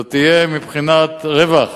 זה יהיה בבחינת רווח